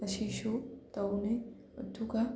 ꯑꯁꯤꯁꯨ ꯇꯧꯋꯤ ꯑꯗꯨꯒ